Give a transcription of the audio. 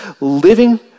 living